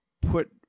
put